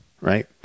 right